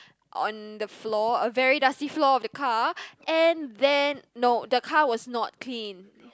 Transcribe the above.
on the floor a very dusty floor of the car and then no the car was not clean